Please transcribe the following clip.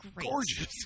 gorgeous